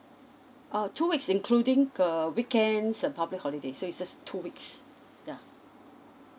ah two weeks including uh weekends and public holiday so it's just two weeks yeah